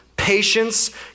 patience